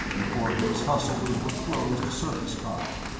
before he was hustled into a closed surface car.